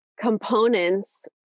components